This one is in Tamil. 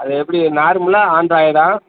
அது எப்படி நார்மலா ஆண்ட்ராய்டா